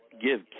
give